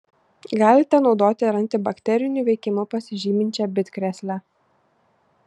galite naudoti ir antibakteriniu veikimu pasižyminčią bitkrėslę